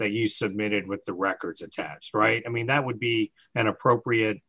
that you submitted with the records attached right i mean that would be an appropriate